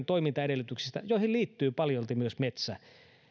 toimintaedellytyksistä joihin liittyy paljolti myös metsä